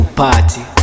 party